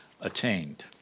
attained